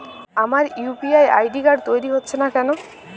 আমার UPI ID তৈরি হচ্ছে না কেনো?